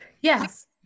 Yes